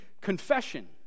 confession